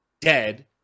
dead